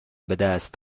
بدست